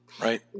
Right